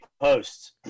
posts